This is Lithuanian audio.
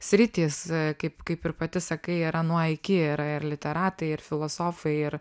sritys kaip kaip ir pati sakai yra nuo iki yra ir literatai ir filosofai ir